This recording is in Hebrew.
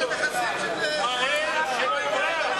השר שמחון,